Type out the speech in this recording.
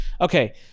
okay